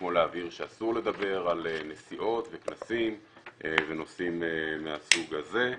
כמו להבהיר שאסור לדבר על נסיעות וכנסים ונושאים מהסוג הזה,